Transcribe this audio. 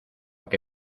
que